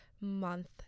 month